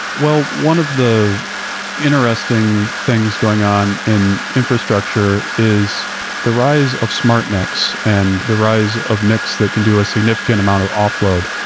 well, one of the interesting things going on in infrastructure is the rise of smartnics and the rise of nics that can do a signif icant amount of off load.